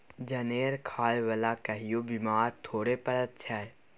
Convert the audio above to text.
जनेर खाय बला कहियो बेमार थोड़े पड़ैत छै